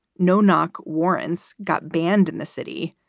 no knock warrants got banned in the city.